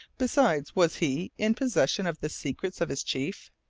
besides, was he in possession of the secrets of his chief?